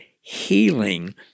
healing